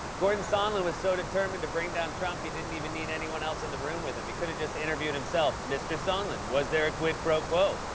gordon sondland was so determined to bring down trump, he didn't even need anyone else in the room with him. he could've just interviewed himself. mr. sondland, was there a quid pro quo?